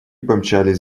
помчались